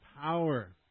power